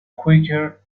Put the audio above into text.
quicker